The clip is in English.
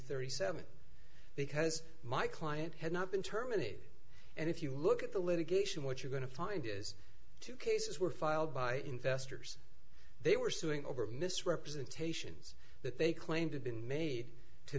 thirty seven because my client had not been terminated and if you look at the litigation what you're going to find is two cases were filed by investors they were suing over misrepresentations that they claimed to been made to